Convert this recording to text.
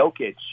Jokic